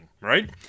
right